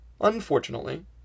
Unfortunately